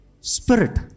Spirit